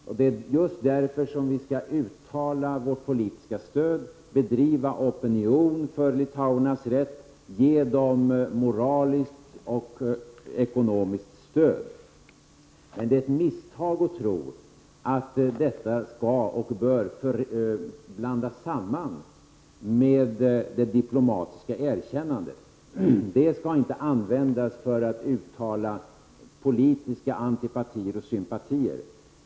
Och det är just därför som vi skall uttala vårt politiska stöd, bedriva opinion för litauernas rätt, ge dem moraliskt och ekonomiskt stöd. Men det är ett misstag att tro att detta skall och bör blandas samman med det diplomatiska erkännandet. Det skall inte användas för att uttala politiska antipatier och sympatier.